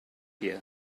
here